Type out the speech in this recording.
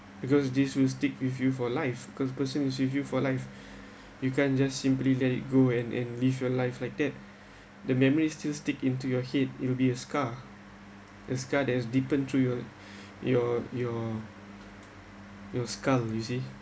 because this will stick with you for life cause person is with you for life you can't just simply let it go and and live your life like that the memories still stick into your head it will be a scar the scar that's deepened to your your your your skull you see